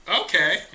Okay